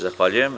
Zahvaljujem.